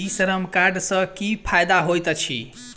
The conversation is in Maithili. ई श्रम कार्ड सँ की फायदा होइत अछि?